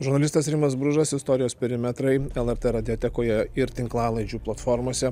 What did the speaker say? žurnalistas rimas bružas istorijos perimetrai lrt radiotekoje ir tinklalaidžių platformose